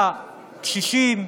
לקשישים?